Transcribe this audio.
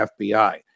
FBI